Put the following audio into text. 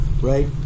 right